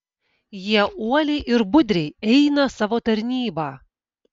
jie uoliai ir budriai eina savo tarnybą